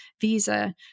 visa